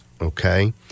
okay